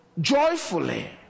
joyfully